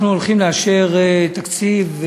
אנחנו הולכים לאשר תקציב,